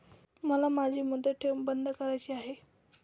मला माझी मुदत ठेव बंद करायची आहे